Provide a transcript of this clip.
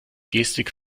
gestik